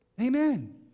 Amen